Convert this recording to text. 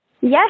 Yes